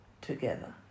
together